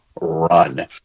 run